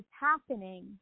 happening